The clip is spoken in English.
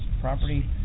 property